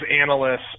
analysts